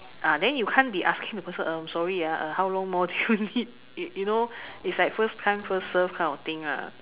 uh then you can't be asking the person um sorry uh how long more do you need you you know it's like first come first serve kind of thing lah